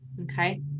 Okay